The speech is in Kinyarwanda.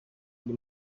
ari